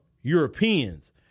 Europeans